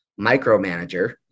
micromanager